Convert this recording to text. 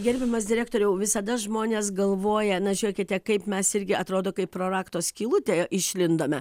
gerbiamas direktoriau visada žmonės galvoja na žiūrėkite kaip mes irgi atrodo kaip pro rakto skylutę išlindome